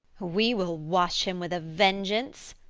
we will wash him with a vengeance.